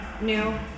new